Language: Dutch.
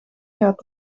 gaat